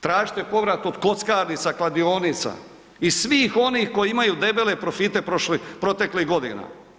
Tražite povrat od kockarnica, kladionica i svih onih koji imaju debele profite proteklih godina.